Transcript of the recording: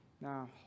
Now